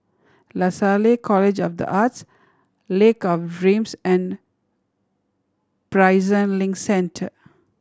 Lasalle College of The Arts Lake of Dreams and Prison Link Centre